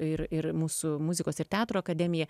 ir ir mūsų muzikos ir teatro akademiją